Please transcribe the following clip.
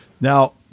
Now